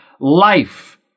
life